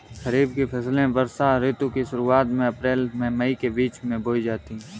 खरीफ की फसलें वर्षा ऋतु की शुरुआत में अप्रैल से मई के बीच बोई जाती हैं